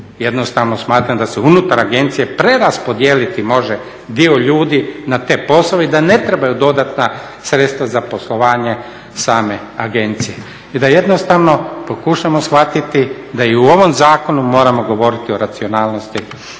Jednostavno smatram da se unutar agencije preraspodijeliti može dio ljudi na te poslove i da ne trebaju dodatna sredstva za poslovanje same agencije i da jednostavno pokušamo shvatiti da i u ovom zakonu moramo govoriti o racionalnosti